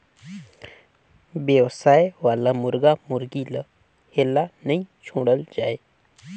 बेवसाय वाला मुरगा मुरगी ल हेल्ला नइ छोड़ल जाए